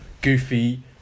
goofy